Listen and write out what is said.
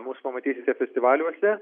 mus pamatysite festivaliuose